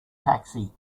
taxi